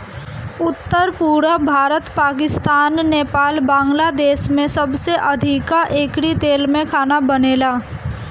उत्तर, पुरब भारत, पाकिस्तान, नेपाल, बांग्लादेश में सबसे अधिका एकरी तेल में खाना बनेला